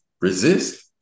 resist